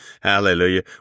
Hallelujah